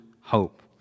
hope